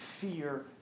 fear